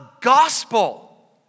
gospel